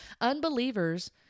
Unbelievers